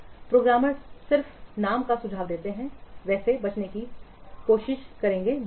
programmer सिर्फ नाम का सुझाव देते हैं वेसे बचने की कोशिश करेंगे दोषों